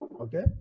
Okay